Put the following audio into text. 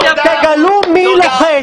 תגלו מי לוחץ.